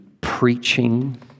preaching